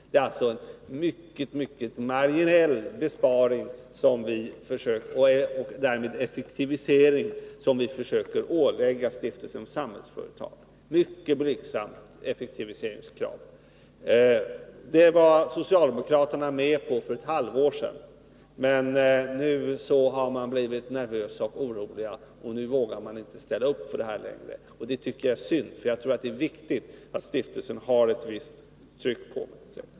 Det är en mycket marginell besparing och därmed effektivisering som vi försöker ålägga Stiftelsen Samhällsföretag — ett mycket blygsamt effektiviseringskrav. Det var socialdemokraterna med på för ett halvår sedan, men nu har man blivit nervös och orolig. Nu vågar man inte ställa upp på det längre. Jag tycker det är synd, för det är viktigt att stiftelsen har ett visst tryck på sig.